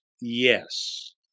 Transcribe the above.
yes